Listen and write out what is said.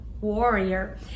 warrior